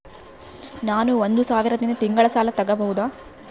ನಾನು ಒಂದು ಸಾವಿರದಿಂದ ತಿಂಗಳ ಸಾಲ ತಗಬಹುದಾ?